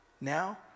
Now